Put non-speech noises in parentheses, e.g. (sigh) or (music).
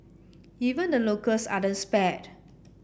even the locals (unintelligible) spared